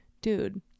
dude